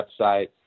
website